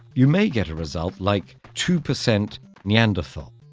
you may get a result like two percent neanderthal.